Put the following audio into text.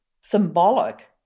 symbolic